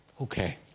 Okay